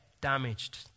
damaged